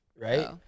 right